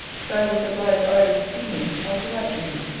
so i was obliged either to see him, or to write to him.